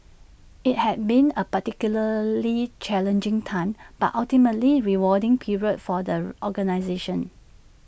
IT had been A particularly challenging time but ultimately rewarding period for the organisation